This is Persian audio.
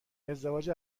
ازدواج